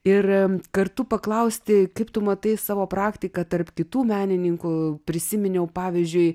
ir kartu paklausti kaip tu matai savo praktiką tarp kitų menininkų prisiminiau pavyzdžiui